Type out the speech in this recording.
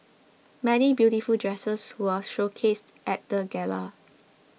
many beautiful dresses were showcased at the gala